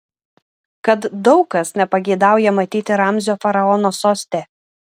kad daug kas nepageidauja matyti ramzio faraono soste